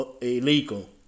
illegal